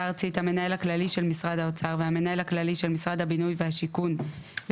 עשינו כבר את צוות המנהלים אז למה צריך עוד פעם את משרד השיכון וזה?